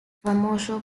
famoso